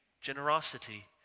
generosity